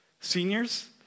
Seniors